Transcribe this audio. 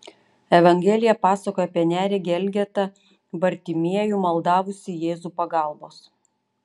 evangelija pasakoja apie neregį elgetą bartimiejų maldavusį jėzų pagalbos